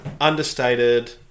understated